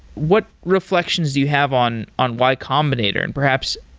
what reflections do you have on on y combinator? and perhaps,